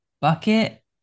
bucket